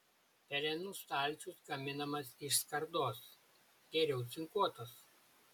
pelenų stalčius gaminamas iš skardos geriau cinkuotos